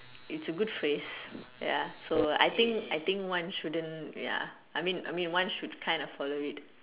it's a good phrase ya so I think I think one shouldn't ya I mean I mean one should kind of follow it